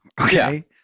Okay